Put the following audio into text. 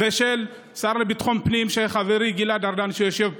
ושל השר לביטחון פנים, חברי גלעד ארדן, שיושב פה.